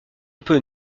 peut